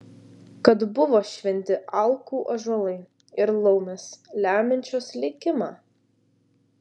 kad buvo šventi alkų ąžuolai ir laumės lemiančios likimą